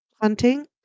hunting